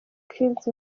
kidz